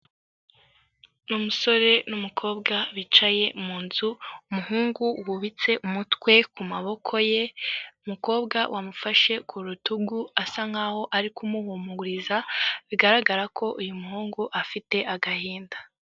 Ni umusore n'umukobwa bicaye mu nzu, umuhungu wubitse umutwe ku maboko ye, umukobwa wamufashe ku rutugu, asa nkaho ari kumuhumuriza, bigaragara ko uyu muhungu afite agahinda.